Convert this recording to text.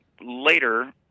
later